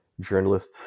journalists